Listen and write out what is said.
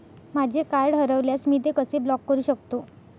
माझे कार्ड हरवल्यास मी ते कसे ब्लॉक करु शकतो?